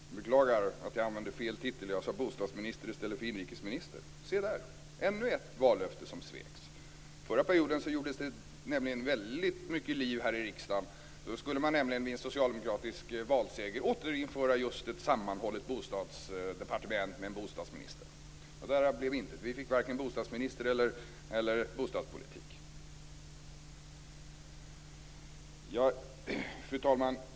Fru talman! Jag beklagar att jag använde fel titel, att jag sade bostadsminister i stället för inrikesminister. Se där, ännu ett vallöfte som sveks! Förra mandatperioden gjordes det väldigt mycket liv här i riksdagen om att man i och med en socialdemokratisk valseger skulle återinföra just ett sammanhållet bostadsdepartement med en bostadsminister. Men därav blev intet - vi fick varken bostadsminister eller bostadspolitik. Fru talman!